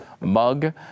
mug